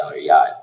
yacht